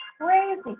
crazy